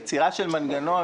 יצירה של מנגנון